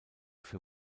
für